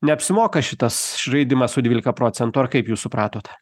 neapsimoka šitas žaidimas su dvylika procentų ar kaip jūs supratot